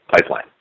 pipeline